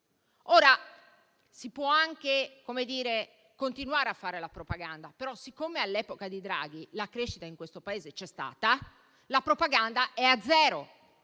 Si può anche continuare a fare propaganda, ma, siccome all'epoca di Draghi la crescita in questo Paese c'è stata, la propaganda è a zero.